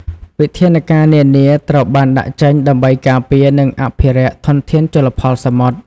វិធានការនានាត្រូវបានដាក់ចេញដើម្បីការពារ និងអភិរក្សធនធានជលផលសមុទ្រ។